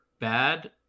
bad